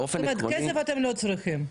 זאת אומרת כסף אתם לא צריכים.